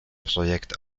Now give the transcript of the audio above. projekt